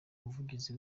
umuvugizi